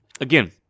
again